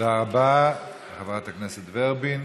תודה רבה לחברת הכנסת ורבין.